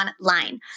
online